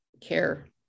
care